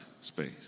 space